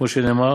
כמו שנאמר